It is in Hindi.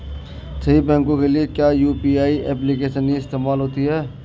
सभी बैंकों के लिए क्या यू.पी.आई एप्लिकेशन ही इस्तेमाल होती है?